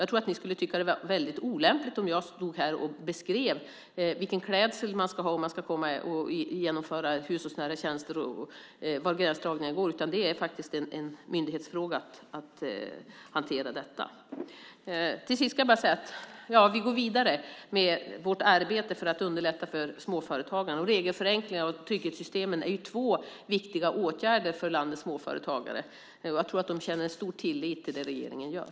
Jag tror att ni skulle tycka att det var väldigt olämpligt om jag stod här och beskrev vilken klädsel man ska ha om man ska utföra hushållsnära tjänster och var gränsdragningen går. Det är faktiskt en sak för myndigheterna att hantera detta. Till sist ska jag bara säga att vi går vidare med vårt arbete för att underlätta för småföretagarna. Regelförenklingarna och trygghetssystemen är två viktiga åtgärder för landets småföretagare, och jag tror att de känner stor tillit till vad regeringen gör.